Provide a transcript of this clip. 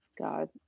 God